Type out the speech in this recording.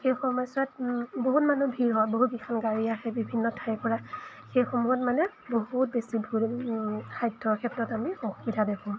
সেই সময়ছোৱাত বহুত মানুহ ভিৰ হয় বহুত কেইখন গাড়ী আহে বিভিন্ন ঠাইৰ পৰা সেইসমূহত মানে বহুত বেছি ভুল খাদ্যৰ ক্ষেত্ৰত আমি অসুবিধা দেখোঁ